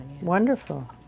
wonderful